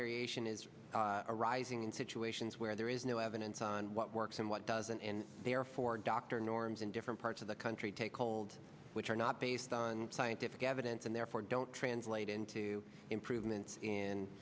variation is arising in situations where there is new evidence on what works and what doesn't and therefore doctor norms in different parts of the country take hold which are not based on scientific evidence and therefore don't translate into improvements in